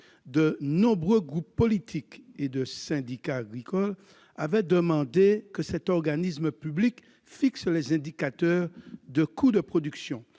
De nombreux groupes politiques et syndicats agricoles avaient demandé que cet organisme public fixe les indicateurs de coûts de production